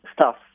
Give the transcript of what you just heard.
staff